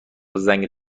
زنگ